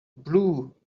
blue